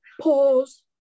pause